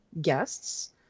guests